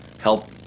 help